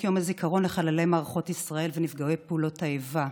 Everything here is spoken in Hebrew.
יום הזיכרון לחללי מערכות ישראל ונפגעי פעולות האיבה.